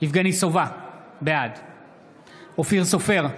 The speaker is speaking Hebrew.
יבגני סובה, בעד אופיר סופר,